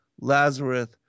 Lazarus